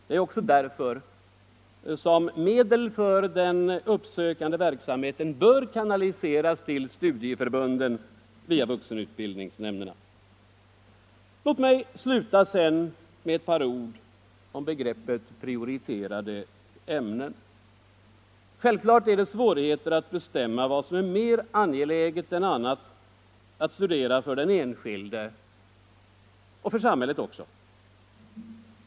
Det är därför som medel för den uppsökande verksamheten bör kanaliseras till studieförbunden via vuxenutbildningsnämnderna. Så ett par ord om begreppet prioriterade ämnen. Självfallet är det svå righeter att bestämma vad som är mer angeläget än annat att studera — Nr 83 för den enskilde — och för samhället också.